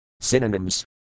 Synonyms